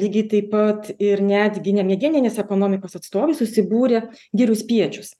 lygiai taip pat ir netgi nemedieninės ekonomikos atstovai susibūrė girių spiečius